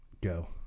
Go